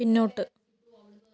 പിന്നോട്ട്